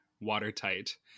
watertight